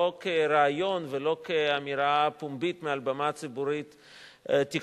ולא כרעיון ולא כאמירה פומבית מעל במה ציבורית-תקשורתית.